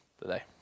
today